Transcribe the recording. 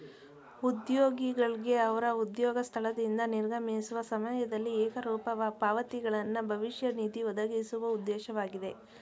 ಉದ್ಯೋಗಿಗಳ್ಗೆ ಅವ್ರ ಉದ್ಯೋಗ ಸ್ಥಳದಿಂದ ನಿರ್ಗಮಿಸುವ ಸಮಯದಲ್ಲಿ ಏಕರೂಪ ಪಾವತಿಗಳನ್ನ ಭವಿಷ್ಯ ನಿಧಿ ಒದಗಿಸುವ ಉದ್ದೇಶವಾಗಿದೆ